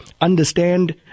understand